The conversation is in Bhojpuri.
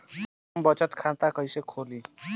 हम बचत खाता कइसे खोलीं?